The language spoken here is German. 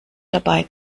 dabei